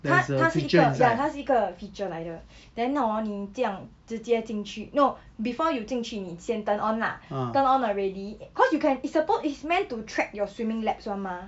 它它是一个 ya 它是一个 feature 来的 then hor 你这样直接进去 no before you 进去你先 turn on lah turn on already because you can it's supposed it's meant to track your swimming laps [one] mah